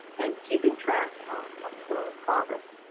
and keeping track of the progress.